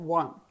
one